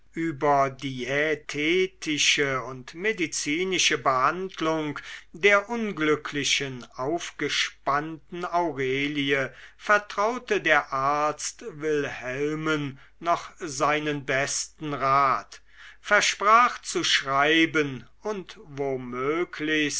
über diätetische und medizinische behandlung der unglücklichen aufgespannten aurelie vertraute der arzt wilhelmen noch seinen besten rat versprach zu schreiben und womöglich